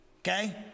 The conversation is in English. okay